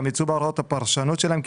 הם גם יצאו בהוראות הפרשנות שלהם,